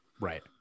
right